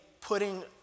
putting